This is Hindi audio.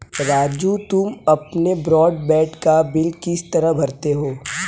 राजू तुम अपने ब्रॉडबैंड का बिल किस तरह भरते हो